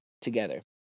together